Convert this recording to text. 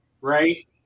right